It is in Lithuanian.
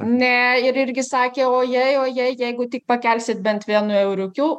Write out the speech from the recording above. ne ir irgi sakė o jei o jei jeigu tik pakelsit bent vienu euriukiu